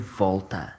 volta